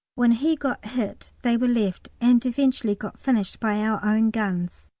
when he got hit, they were left, and eventually got finished by our own guns.